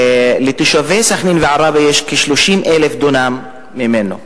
לתושבי סח'נין ועראבה יש כ-30,000 דונם ממנו.